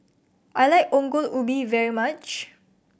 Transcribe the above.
I like Ongol Ubi very much